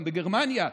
גם בגרמניה,